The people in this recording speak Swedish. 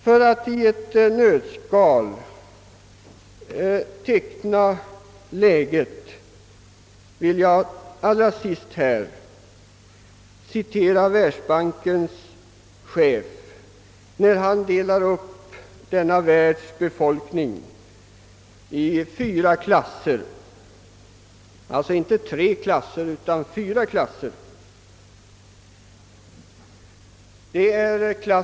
För att i ett nötskal sammanfatta läget vill jag allra sist citera världsbankens chef, som delar upp världens befolkning inte i tre utan i fyra klasser.